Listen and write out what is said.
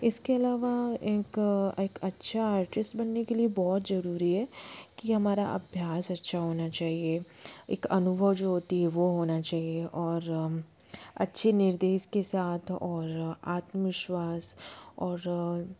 इसके अलावा एक एक अच्छा आर्टिस्ट बनने के लिए बहुत जरूरी है कि हमारा अभ्यास अच्छा होना चाहिए एक अनुभव जो होती है वो होना चाहिए और अच्छे निर्देश के साथ और आत्मविश्वास और